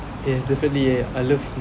yes definitely I love